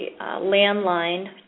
landline